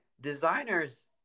designers